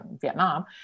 Vietnam